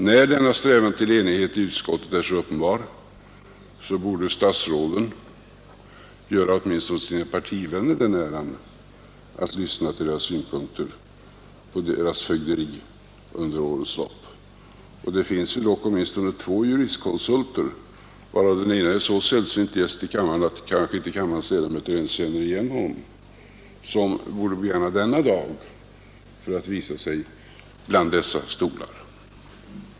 När denna strävan till enighet i utskottet är så uppenbar borde statsråden göra åtminstone sina partivänner den äran att lyssna till deras synpunkter på statsrådens fögderi under årets lopp. Det finns dock åtminstone två juristkonsulter — av vilka den ena är en så 107 sällsynt gäst i kammaren att ledamöterna kanske inte ens känner igen honom — som borde begagna denna dag för att visa sig bland dessa stolar.